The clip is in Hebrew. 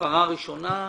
הפרה ראשונה,